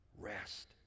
rest